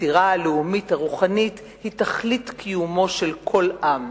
"היצירה הלאומית-הרוחנית היא תכלית קיומו של כל עם,